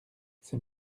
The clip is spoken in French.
c’est